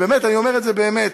אני אומר את זה באמת,